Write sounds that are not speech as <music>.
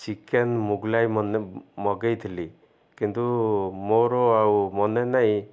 chicken Mughlai <unintelligible> ମଗେଇଥିଲି କିନ୍ତୁ ମୋର ଆଉ ମନେ ନାଇଁ